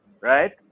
Right